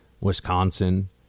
Wisconsin